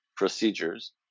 Procedures